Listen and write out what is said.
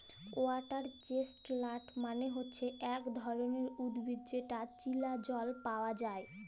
water chestnut মালে হচ্যে ইক ধরণের উদ্ভিদ যেটা চীলা জল পায়া যায়